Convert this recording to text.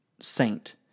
saint